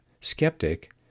skeptic